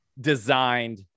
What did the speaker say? designed